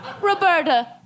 Roberta